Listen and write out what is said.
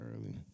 early